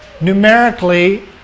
numerically